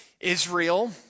Israel